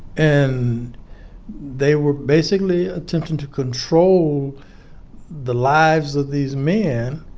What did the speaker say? and they were, basically, attempting to control the lives of these men,